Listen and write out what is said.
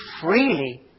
freely